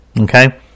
Okay